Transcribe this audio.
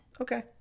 Okay